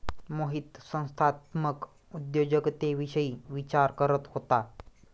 मोहित संस्थात्मक उद्योजकतेविषयी विचार करत होता